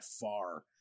far